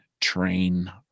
train